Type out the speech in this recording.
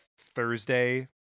Thursday